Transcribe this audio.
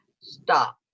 stop